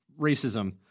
racism